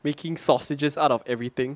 making sausages out of everything